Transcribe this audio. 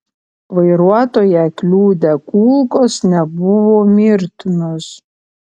vairuotoją kliudę kulkos nebuvo mirtinos